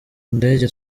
ndege